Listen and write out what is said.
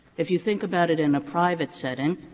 if you think about it in a private setting,